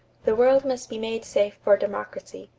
the world must be made safe for democracy.